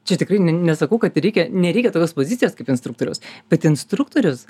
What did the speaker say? čia tikrai n nesakau kad reikia nereikia tokios pozicijos kaip instruktoriaus bet instruktorius